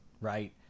right